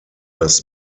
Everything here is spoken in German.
das